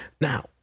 Now